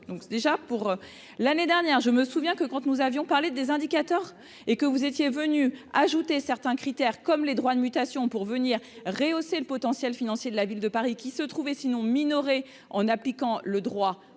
donc déjà pour l'année dernière, je me souviens que quand nous avions parlé des indicateurs et que vous étiez venu ajouter certains critères comme les droits de mutation pour venir rehausser le potentiel financier de la ville de Paris qui se trouvait sinon minoré en appliquant le droit